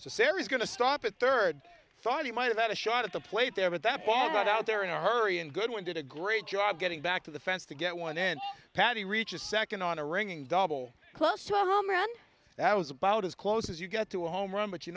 so there is going to stop at third thought he might have had a shot at the plate there but that ball got out there in a hurry and goodwin did a great job getting back to the fence to get one end patty reach a second on a ringing double close to our home and that was about as close as you get to a home run but you